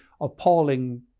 appalling